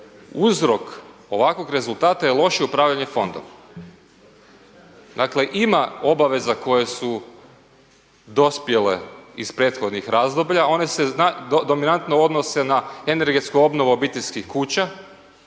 uzrok ovakvog rezultata je loše upravljanje fondom. Dakle ima obaveza koje su dospjele iz prethodnih razdoblja, one se dominantno odnose na energetsku obnovu obiteljskih kuća